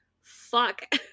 fuck